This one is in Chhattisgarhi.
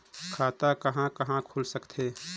खाता कहा कहा खुल सकथे?